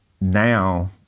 now